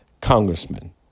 Congressman